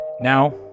Now